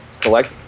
collect